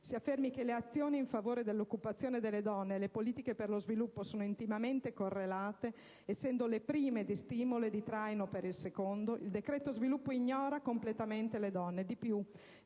si affermi che le azioni in favore dell'occupazione delle donne e le politiche per lo sviluppo sono intimamente correlate, essendo le prime di stimolo e di traino per il secondo, il decreto sviluppo ignora completamente le donne. Di più,